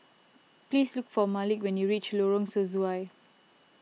please look for Malik when you reach Lorong Sesuai